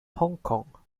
hongkong